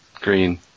Green